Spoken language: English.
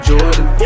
Jordan